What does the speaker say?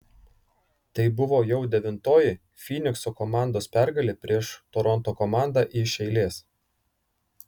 tai buvo jau devintoji fynikso komandos pergalė prieš toronto komandą iš eilės